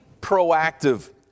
proactive